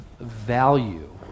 value